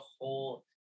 whole